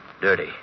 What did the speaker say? Dirty